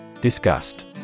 Disgust